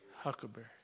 Huckleberry